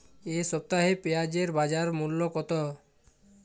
এ সপ্তাহে পেঁয়াজের বাজার মূল্য কত?